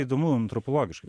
įdomu antropologiškai